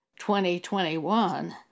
2021